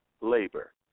labor